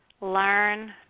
learn